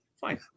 Fine